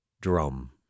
drum